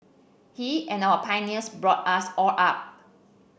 he and our pioneers brought us all up